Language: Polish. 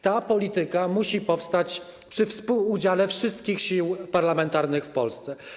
Ta polityka musi powstać przy współudziale wszystkich sił parlamentarnych w Polsce.